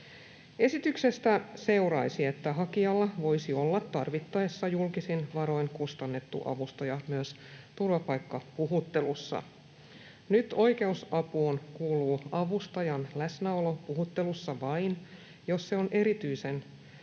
Esityksestä seuraisi, että hakijalla voisi olla tarvittaessa julkisin varoin kustannettu avustaja myös turvapaikkapuhuttelussa. Nyt oikeusapuun kuuluu avustajan läsnäolo puhuttelussa vain, jos se on erityisen painavista